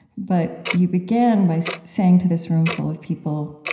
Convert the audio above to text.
but you began by so saying to this room full of people,